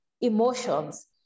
emotions